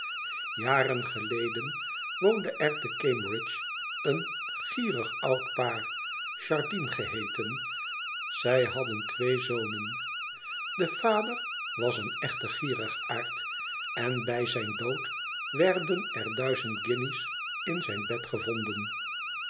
jaren geleden woonde er te cambridge een gierig oud paar jardine eheeten zij hadden twee zonen de vader was een echte gierigaard en bij zijn dood werden er duizend guinjes in zijn bed gevonden